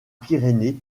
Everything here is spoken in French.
pyrénées